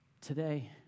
Today